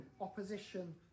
opposition